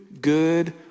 good